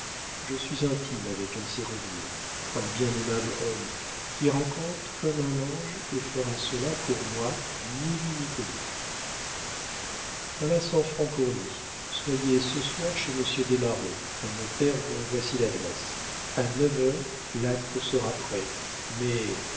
je suis intime avec un serrurier un bien aimable homme qui raconte comme un ange et fera cela pour moi ni vu ni connu voilà cent francs pour lui soyez ce soir chez monsieur desmarets un notaire dont voici l'adresse a neuf heures l'acte sera prêt mais